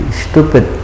stupid